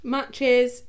Matches